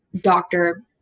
doctor